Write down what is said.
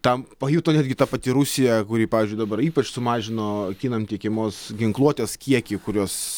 tą pajuto netgi ta pati rusija kuri pavyzdžiui dabar ypač sumažino kinam tiekiamos ginkluotės kiekį kurios